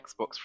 Xbox